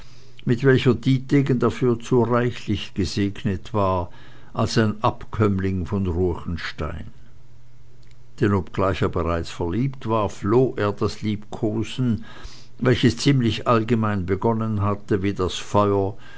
mit welcher dietegen dafür zu reichlich gesegnet war als ein abkömmling von ruechenstein denn obgleich er bereits verliebt war floh er das liebkosen welches ziemlich allgemein begonnen hatte wie das feuer